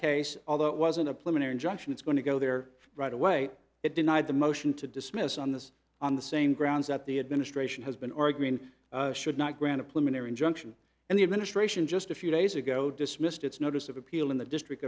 case although it wasn't a plan or injunction it's going to go there right away it denied the motion to dismiss on this on the same grounds that the administration has been or green should not grant implement or injunction and the administration just a few days ago dismissed its notice of appeal in the district